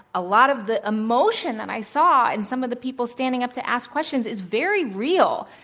a lot of the emotion that i saw in some of the people standing up to ask questions is very real.